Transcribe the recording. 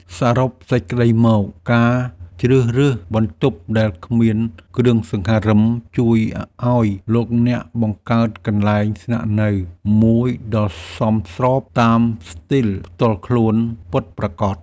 សរុបសេចក្ដីមក ការជ្រើសរើសបន្ទប់ដែលគ្មានគ្រឿងសង្ហារិមជួយឱ្យលោកអ្នកបង្កើតកន្លែងស្នាក់នៅមួយដ៏សមស្របតាមស្ទីលផ្ទាល់ខ្លួនពិតប្រាកដ។